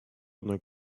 одной